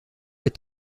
est